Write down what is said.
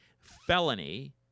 felony